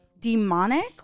Demonic